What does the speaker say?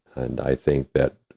and i think that,